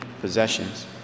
possessions